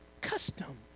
custom